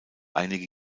einige